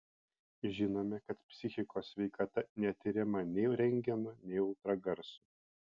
žinome kad psichikos sveikata netiriama nei rentgenu nei ultragarsu